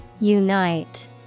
Unite